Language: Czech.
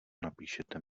napíšete